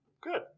Good